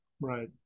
Right